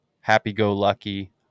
happy-go-lucky